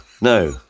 No